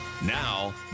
Now